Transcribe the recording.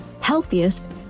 healthiest